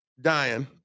Dying